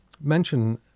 mention